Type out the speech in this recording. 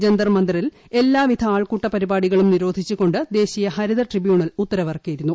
ജന്തർമന്ദറിൽ എല്ലാവിധ ആൾക്കൂട്ട പരിപാടികളും നിരോധിച്ചുകൊണ്ട് ദേശീയ ഹരിത ട്രിബ്യൂണൽ ഉത്തരവിറിക്കിയിരുന്നു